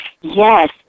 Yes